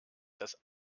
das